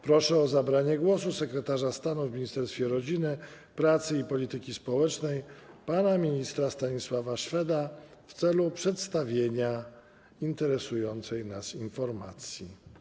Proszę o zabranie głosu sekretarza stanu w Ministerstwie Rodziny, Pracy i Polityki Społecznej pana ministra Stanisława Szweda w celu przedstawienia interesującej nas informacji.